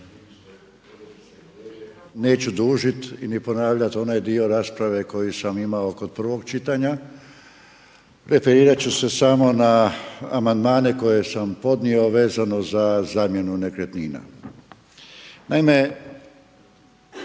Neću dužiti i ne ponavljati onaj dio rasprave koji sam imao kod prvog čitanja. Referirat ću se samo na amandmane koje sam podnio vezano za zamjenu nekretnina. Naime,